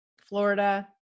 Florida